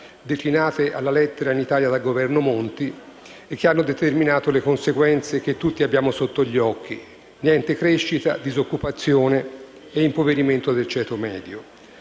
declinate alla lettera in Italia dal Governo Monti e che hanno determinato le conseguenze che tutti abbiamo sotto gli occhi. Niente crescita, disoccupazione e impoverimento del ceto medio.